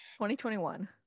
2021